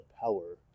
power